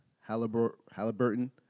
Halliburton